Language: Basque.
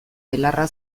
belarra